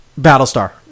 Battlestar